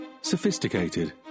Sophisticated